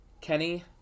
kenny